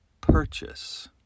purchase